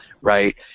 right